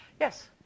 Yes